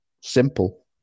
simple